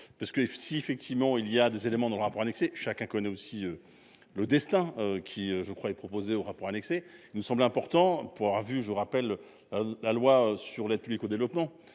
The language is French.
parce que F. si effectivement il y a des éléments dans le rapport annexé chacun connaît aussi. Le destin qui je crois est proposé au rapport annexé nous semble important pour vu. Je vous rappelle. La loi sur l'aide publique au développement.